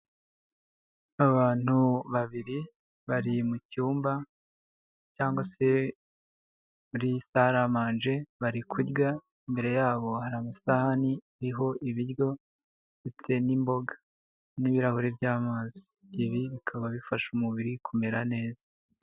Abantu babiri bari mu cyumba cyangwa se muri saramanje bari kurya, imbere yabo hari amasahani ariho ibiryo ndetse n'imboga n'ibirahuri by'amazi, ibi bikaba bifasha umubiri kumera neza.